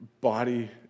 body